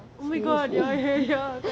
see see